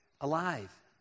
alive